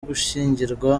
gushyingirwa